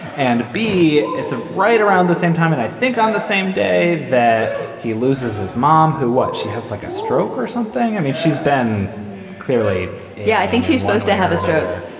and b it's a right around the same time and i think on the same day that he loses his mom who what she has like a stroke or something i mean she's been clearly yeah i think she's supposed to have a straighter.